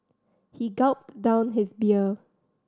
he gulped down his beer